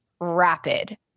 rapid